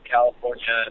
California